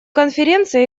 конференция